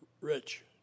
rich